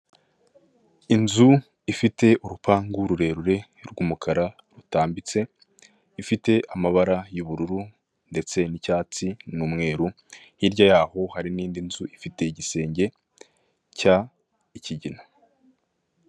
Inzu ifite urupangu rurerure rw'umukara rutambitse, ifite amabara y'ubururu, ndetse n'icyatsi n'umweru, hirya yaho hari n'indi nzu ifite igisenge, cya ikigina.